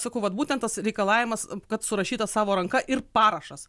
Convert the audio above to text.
sakau vat būtent tas reikalavimas kad surašyta savo ranka ir parašas